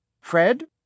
Fred